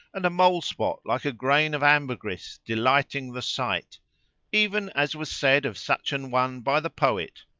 and a mole spot like a grain of ambergris delighting the sight even as was said of such an one by the poet